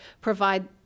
provide